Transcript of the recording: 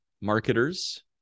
marketers